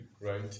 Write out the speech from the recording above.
right